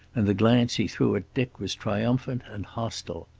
and the glance he threw at dick was triumphant and hostile.